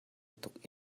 tuk